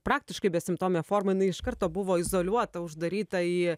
praktiškai besimptomė forma jinai iš karto buvo izoliuota uždaryta į